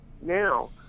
now